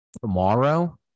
tomorrow